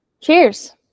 Cheers